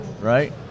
right